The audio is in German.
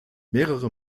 mehrere